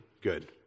good